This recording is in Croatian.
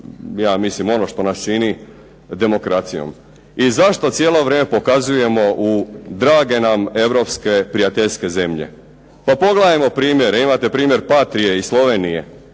ja mislim ono što nas čini demokracijom. I zašto cijelo vrijeme pokazujemo u drage nam europske prijateljske zemlje. Pa pogledajmo primjer, imate primjer Patrije iz Slovenije